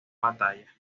batalla